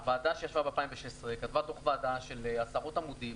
הוועדה שישבה ב-2016 כתבה דוח ועדה של עשרות עמודים.